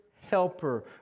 helper